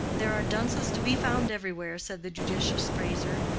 there are dunces to be found everywhere, said the judicious fraser.